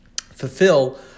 fulfill